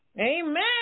Amen